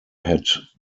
had